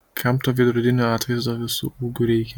kam to veidrodinio atvaizdo visu ūgiu reikia